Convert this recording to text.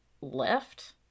left